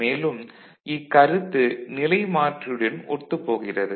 மேலும் இக்கருத்து நிலைமாற்றியுடன் ஒத்துப் போகிறது